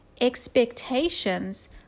expectations